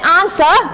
answer